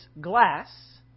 glass